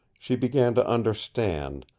she began to understand,